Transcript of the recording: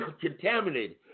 contaminated